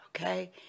Okay